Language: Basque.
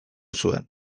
zuen